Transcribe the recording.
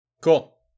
Cool